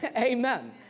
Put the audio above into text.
Amen